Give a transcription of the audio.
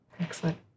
Excellent